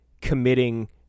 committing